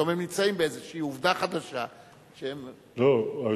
ופתאום הם נמצאים מול איזו עובדה חדשה.